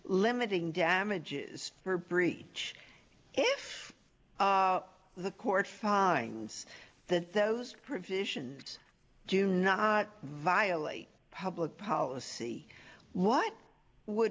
limiting damages for breach if the court finds that those provisions do not violate public policy what would